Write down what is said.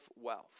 wealth